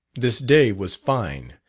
this day was fine,